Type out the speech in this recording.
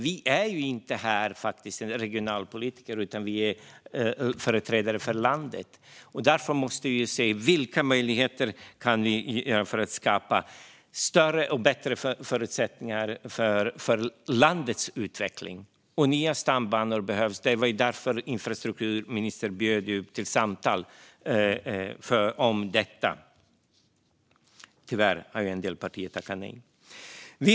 Vi är faktiskt inte regionalpolitiker utan företrädare för landet. Vi måste se vilka möjligheter vi kan skapa för att ge bättre förutsättningar för landets utveckling. Och nya stambanor behövs. Det var därför infrastrukturministern bjöd in till samtal om detta. Tyvärr har en del partier tackat nej.